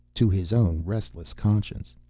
to his own restless conscience.